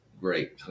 great